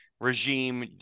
regime